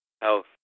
health